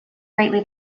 greatly